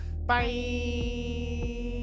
Bye